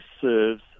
serves